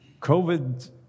COVID